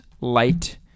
light